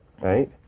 right